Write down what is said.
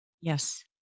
Yes